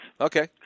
Okay